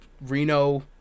Reno